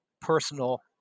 personal